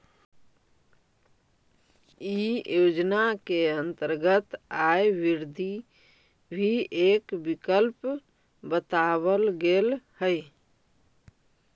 इ योजना के अंतर्गत आय वृद्धि भी एक विकल्प बतावल गेल हई